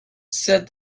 said